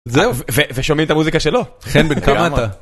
זהו, ושומעים את המוזיקה שלו. חן, בן כמה אתה.